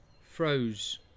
froze